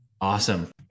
Awesome